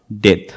death